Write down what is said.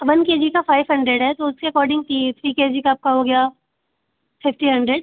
one K G का five hundred है तो उसके अकॉर्डिंग की थ्री के जी का आपका हो गया फ़िफ्टीन हंड्रेड